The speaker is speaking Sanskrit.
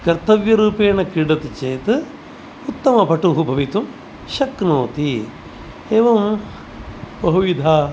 कर्तव्यरूपेण क्रीडति चेत् उत्तमपटुः भवितुं शक्नोति एवं बहुविधा